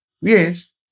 Yes